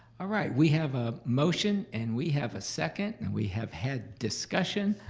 ah right, we have a motion and we have a second and we have had discussion.